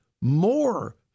more